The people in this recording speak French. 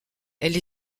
elle